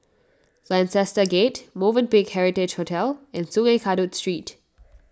Lancaster Gate Movenpick Heritage Hotel and Sungei Kadut Street